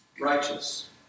righteous